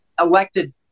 elected